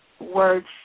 words